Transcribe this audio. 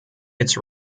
its